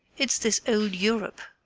it's this old europe.